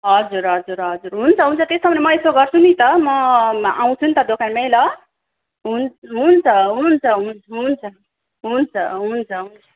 हजुर हजुर हजुर हुन्छ हुन्छ त्यसो भने म यसो गर्छु नि त म आउँछु नि त दोकानमै ल हुन्छ हुन्छ हुन्छ हुन्छ हुन्छ हुन्छ हुन्छ हुन्छ